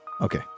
Okay